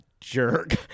jerk